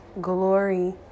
glory